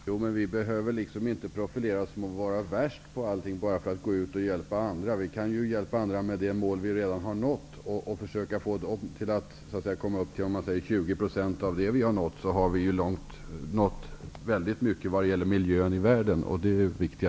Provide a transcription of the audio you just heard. Herr talman! Vi behöver väl inte profilera oss som varande värst på allting bara för att hjälpa andra. Vi kan ju hjälpa andra genom de mål vi har nått. Om vi kan få dem att komma upp till låt säga 20 % av det som vi har nått, har vi kommit långt vad gäller miljön i världen, och det är det viktiga.